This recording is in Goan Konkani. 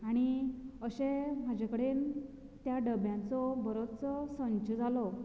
आनी अशें म्हजे कडेन त्या डब्यांचो बरोचसो संच जालो